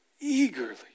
eagerly